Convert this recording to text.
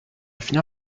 finir